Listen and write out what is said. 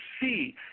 see